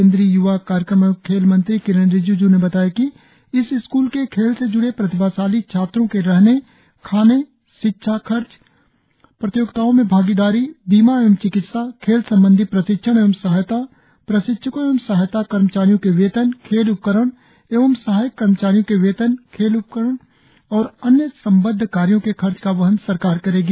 केंद्रीय य्वा कार्यक्रम एवं खेल मंत्री किरेन रिजिज् ने बताया कि इस स्कूल के खेल से ज्ड़े प्रतिभाशाली छात्रों के रहने खाने शिक्षा खर्च प्रतियोगिताओं में भागीदारी बीमा एवं चिकित्सा खेल संबंधी प्रशिक्षण एवं सहायता प्रशिक्षकों एवं सहायता कर्मचारियों के वेतन खेल उपकरण एवं सहायक कर्मचारियों के वेतन खेल उपकरण और अन्य संबद्ध कार्यों के खर्च का वहन सरकार करेगी